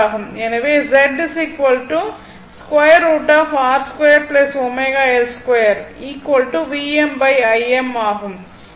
எனவே Vm Im ஆகும்